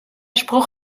spruch